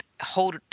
hold